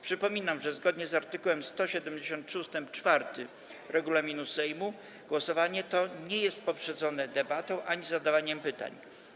Przypominam, że zgodnie z art. 173 ust. 4 regulaminu Sejmu głosowanie to nie jest poprzedzone debatą ani zadawaniem pytań.